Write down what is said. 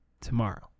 tomorrow